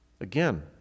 Again